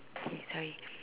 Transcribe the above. K sorry